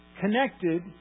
connected